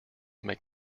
make